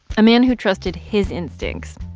a man who trusted his instincts,